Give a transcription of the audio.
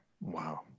Wow